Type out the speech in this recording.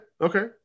Okay